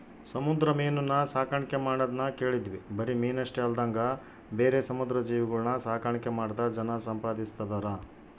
ಸಮುದ್ರ ಮೀನುನ್ನ ಸಾಕಣ್ಕೆ ಮಾಡದ್ನ ಕೇಳಿದ್ವಿ ಬರಿ ಮೀನಷ್ಟೆ ಅಲ್ದಂಗ ಬೇರೆ ಸಮುದ್ರ ಜೀವಿಗುಳ್ನ ಸಾಕಾಣಿಕೆ ಮಾಡ್ತಾ ಜನ ಸಂಪಾದಿಸ್ತದರ